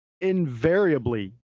invariably